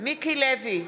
מיקי לוי,